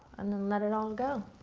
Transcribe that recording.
and then let it all go.